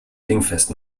dingfest